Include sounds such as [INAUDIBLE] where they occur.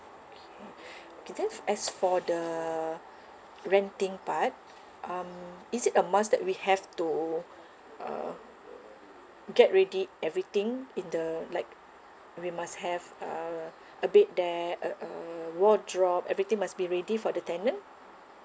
okay [BREATH] okay then as for the renting part um is it a was that we have to uh get ready everything in the like we must have uh [BREATH] a bed there a a wardrobe everything must be ready for the tenant